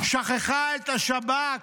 שכחה את השב"כ.